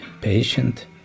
patient